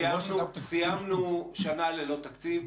סיימנו שנה ללא תקציב,